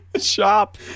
shop